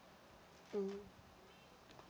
mm